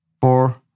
four